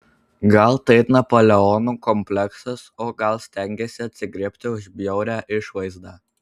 gal tai napoleono kompleksas o gal stengiasi atsigriebti už bjaurią išvaizdą